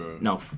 no